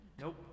Nope